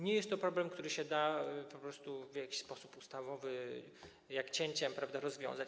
Nie jest to problem, który się da po prostu w jakiś sposób ustawowy, jak cięciem, rozwiązać.